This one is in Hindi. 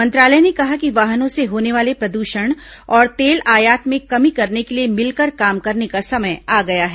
मंत्रालय ने कहा कि वाहनों से होने वाले प्रदूषण और तेल आयात में कमी करने के लिए मिलकर काम करने का समय आ गया है